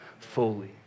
fully